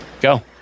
Go